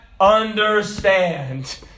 understand